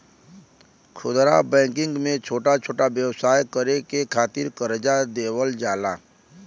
खुदरा बैंकिंग में छोटा छोटा व्यवसाय करे के खातिर करजा देवल जाला